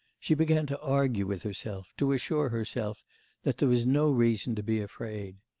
she began to argue with herself, to assure herself that there was no reason to be afraid.